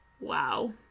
Wow